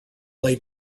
lay